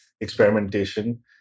experimentation